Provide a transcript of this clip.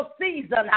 season